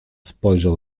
spojrzał